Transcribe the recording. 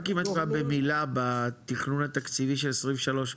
אם אפשר במילה בתכנון התקציבי של 2023,